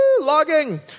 logging